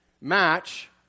match